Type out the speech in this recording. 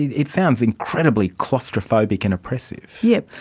it sounds incredibly claustrophobic and oppressive. yes,